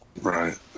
Right